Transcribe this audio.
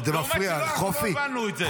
אנחנו לא העברנו את זה,